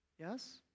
Yes